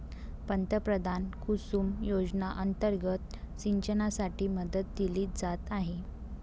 पंतप्रधान कुसुम योजना अंतर्गत सिंचनासाठी मदत दिली जात आहे